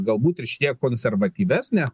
galbūt ir šie tiek konservatyvesnę